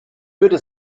würde